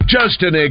Justin